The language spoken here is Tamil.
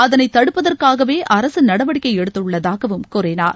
அதனை தடுப்பதற்காகவே அரசு நடவடிக்கை எடுத்துள்ளதாகவும் கூறினார்